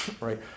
right